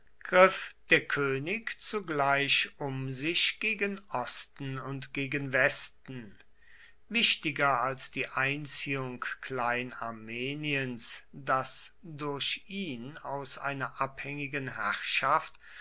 der könig zugleich um sich gegen osten und gegen westen wichtiger als die einziehung kleinarmeniens das durch ihn aus einer abhängigen herrschaft